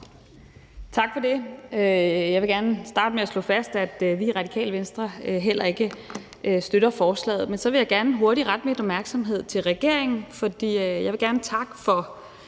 Tak for det. Jeg vil gerne starte med at slå fast, at vi i Radikale Venstre heller ikke støtter forslaget. Men så vil jeg gerne hurtigt rette min opmærksomhed mod regeringen, for jeg vil gerne takke for